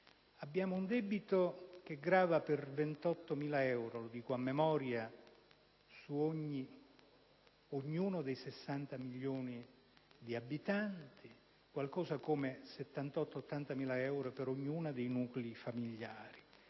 un debito che grava per 28.000 euro - cito a memoria - su ognuno dei 60 milioni di abitanti: qualcosa come 78.000-80.000 euro per ognuno dei nuclei familiari,